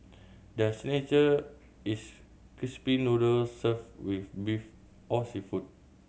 their is crispy noodles served with beef or seafood